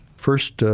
first,